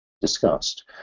discussed